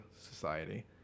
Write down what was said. society